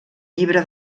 llibre